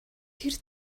тэр